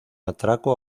atraco